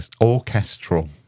orchestral